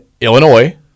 Illinois